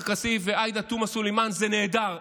כסיף ועאידה תומא סלימאן זה נהדר,